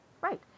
Right